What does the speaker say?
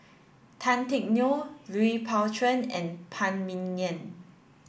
Tan Teck Neo Lui Pao Chuen and Phan Ming Yen